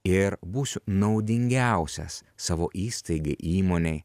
ir būsiu naudingiausias savo įstaigai įmonei